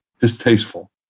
distasteful